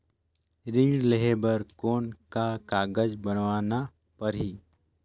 ऋण लेहे बर कौन का कागज बनवाना परही?